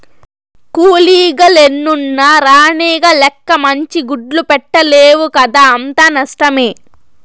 కూలీగ లెన్నున్న రాణిగ లెక్క మంచి గుడ్లు పెట్టలేవు కదా అంతా నష్టమే